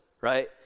right